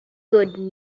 good